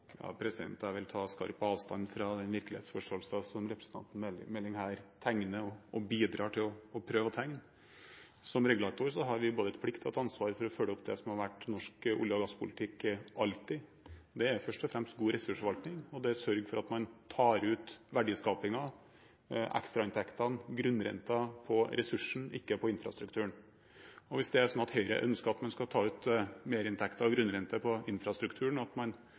Jeg vil ta skarp avstand fra den virkelighetsforståelsen som representanten Meling her tegner – og bidrar til å prøve å tegne. Som regulator har vi både en plikt til og et ansvar for å følge opp det som alltid har vært norsk olje- og gasspolitikk. Det er først og fremst god ressursforvaltning, og det er å sørge for at man tar ut verdiskapingen, ekstrainntektene, grunnrenten på ressursene, ikke på infrastrukturen. Hvis det er slik at Høyre ønsker at man skal ta ut merinntekter av grunnrente på infrastrukturen, og at man